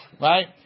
Right